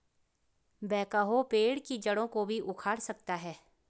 backhoe पेड़ की जड़ों को भी उखाड़ सकता है